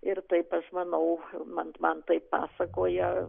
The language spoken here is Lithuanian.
ir taip aš manau man man taip pasakoja